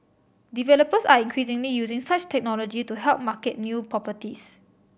developers are increasingly using such technology to help market new property